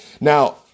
now